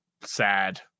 sad